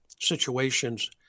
situations